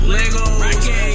Legos